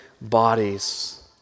bodies